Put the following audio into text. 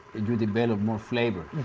you develop more flavor